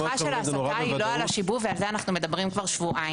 ההנחה של ההסטה היא לא על השיבוב ועל זה אנחנו מדברים כבר שבועיים,